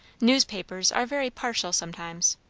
newspapers are very partial sometimes.